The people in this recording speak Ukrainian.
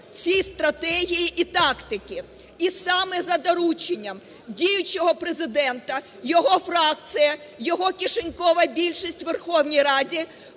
всі стратегії і тактики, і саме за дорученням діючого Президента його фракція, його "кишенькова більшість" у Верховній Раді,